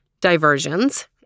diversions